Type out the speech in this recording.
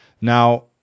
Now